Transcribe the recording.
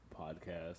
podcast